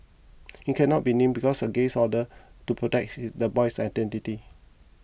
he cannot be named because of a gag order to protect the boy's identity